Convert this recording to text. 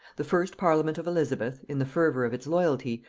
the first parliament of elizabeth, in the fervor of its loyalty,